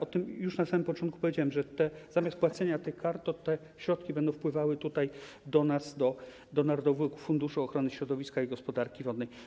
O tym już na samym początku powiedziałem, że zamiast płacenia tych kar środki te będą wpływały do nas, do Narodowego Funduszu Ochrony Środowiska i Gospodarki Wodnej.